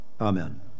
Amen